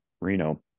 Reno